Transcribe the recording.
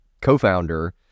co-founder